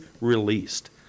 released